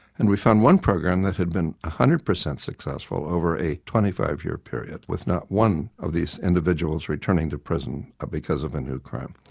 and we found one program that had been one hundred percent successful over a twenty five year period with not one of these individuals returning to prison because of a new crime.